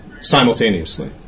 simultaneously